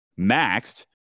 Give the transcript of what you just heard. maxed